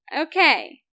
Okay